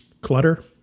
clutter